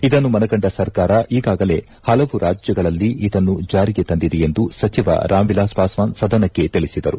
ಇದನ್ನು ಮನಗಂಡ ಸರ್ಕಾರ ಈಗಾಗಲೇ ಹಲವು ರಾಜ್ಙಗಳಲ್ಲಿ ಇದನ್ನು ಜಾರಿಗೆ ತಂದಿದೆ ಎಂದು ಸಚಿವ ರಾಮ್ ವಿಲಾಸ್ ಪಾಸ್ವಾನ್ ಸದನಕ್ಕೆ ತಿಳಿಸಿದರು